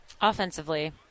Offensively